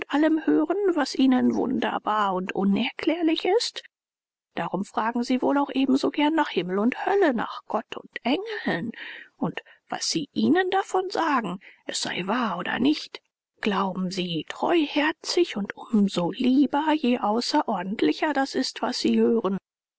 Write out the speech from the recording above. allem hören was ihnen wunderbar und unerklärlich ist darum fragen sie wohl auch eben so gern nach himmel und hölle nach gott und engeln und was sie ihnen davon sagen es sei wahr oder nicht glauben sie treuherzig und um so lieber je außerordentlicher das ist was sie hören